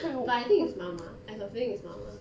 but I think is 妈妈 I've a feeling is 妈妈